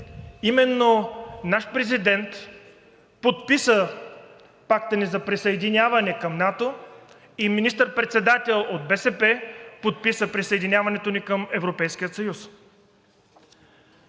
именно наш президент подписа пакта ни за присъединяване към НАТО и министър-председател от БСП подписа присъединяването ни към Европейския съюз,